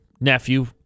nephew